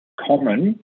common